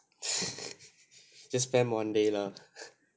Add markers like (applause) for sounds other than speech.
(laughs) just spend one day lah